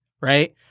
Right